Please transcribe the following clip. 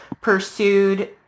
pursued